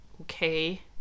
Okay